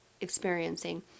experiencing